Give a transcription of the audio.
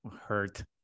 hurt